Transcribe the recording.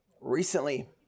recently